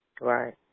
Right